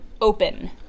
open